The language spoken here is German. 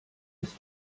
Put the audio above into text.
ist